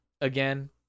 again